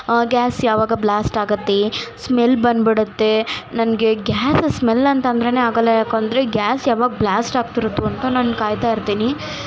gas ಯಾವಾಗ blast ಆಗುತ್ತೆ smell ಬಂದ್ಬಿಡುತ್ತೇ ನನಗೆ ಗ್ಯಾಸ್ ಸ್ಮೆಲ್ ಅಂತಂದ್ರೆ ಆಗಲ್ಲ ಯಾಕಂದರೆ ಗ್ಯಾಸ್ ಯಾವಾಗ ಬ್ಲ್ಯಾಸ್ಟ್ ಆಗ್ತಿರುತ್ತೋ ಅಂತ ನಾನು ಕಾಯ್ತಾಯಿರ್ತೀನಿ